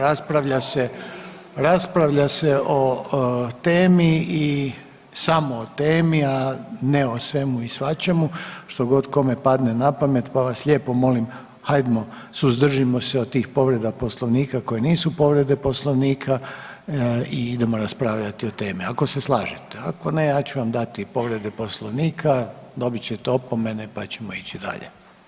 Raspravlja se o temi i samo o temi a ne o svemu i svačemu, što god kome padne napamet, pa vas lijepo molimo, hajdmo, suzdržimo se od tih povreda Poslovnika koje nisu povrede Poslovnika i idemo raspravljati o temi, ako se slažete, ako ne, ja ću vam dati povrede Poslovnika, dobit ćete opomene, pa ćemo ići dalje.